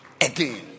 again